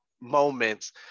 moments